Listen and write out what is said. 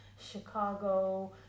Chicago